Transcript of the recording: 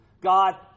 God